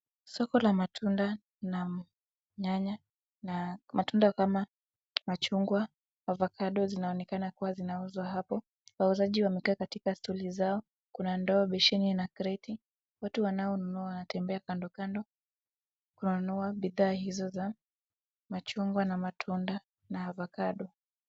Soko la matunda na nyanya na matunda kama machungwa, avocado zinaonekana kuwa zinauzwa hapo. Wauzaji wamekaa katika stuli zao. Kuna ndoo, besheni na kreti. Watu wanaonunua wanatembea kando kando kununua bidhaa hizo za machungwa na matunda na avocado .